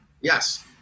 Yes